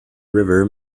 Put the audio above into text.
river